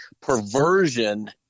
perversion